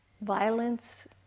violence